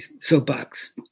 soapbox